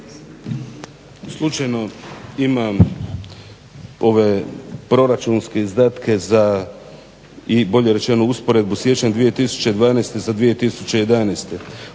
Slučajno imam ove proračunske izdatke i bolje rečeno usporedbu siječnja 2012. sa 2011.